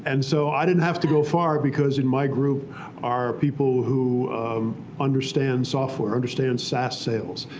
and so i didn't have to go far. because in my group are people who understand software, understand saas sales,